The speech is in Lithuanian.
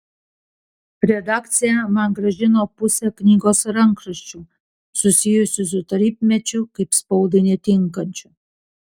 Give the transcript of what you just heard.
redakcija man grąžino pusę knygos rankraščių susijusių su tarybmečiu kaip spaudai netinkančių